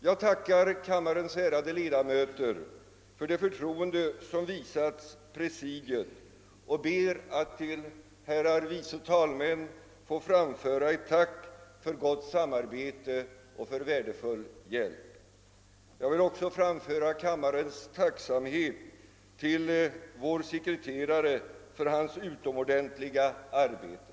Jag tackar kammarens ärade ledamöter för det förtroende som visats presidiet och ber att till herrar vice talmän få framföra ett tack för gott samarbete och värdefull hjälp. Jag vill också framföra kammarens tack till vår sekreterare för hans utomordentliga arbete.